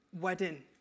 wedding